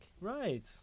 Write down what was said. Right